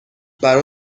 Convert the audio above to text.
برا